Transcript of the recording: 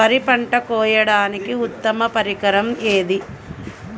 వరి పంట కోయడానికి ఉత్తమ పరికరం ఏది?